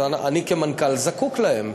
ואני כמנכ"ל זקוק להם,